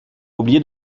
oublié